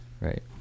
Right